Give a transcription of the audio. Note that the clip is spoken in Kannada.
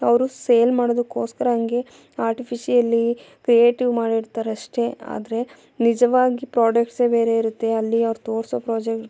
ಅವರು ಸೇಲ್ ಮಾಡೋದಕ್ಕೋಸ್ಕರ ಹಂಗೆ ಆರ್ಟಿಫಿಶಿಯಲಿ ಕ್ರಿಯೇಟಿವ್ ಮಾಡಿರ್ತಾರೆ ಅಷ್ಟೆ ಆದರೆ ನಿಜವಾಗಿ ಪ್ರೋಡಕ್ಟ್ಸೆ ಬೇರೆ ಇರುತ್ತೆ ಅಲ್ಲಿಅವ್ರು ತೋರಿಸೋ ಪ್ರೊಜೆ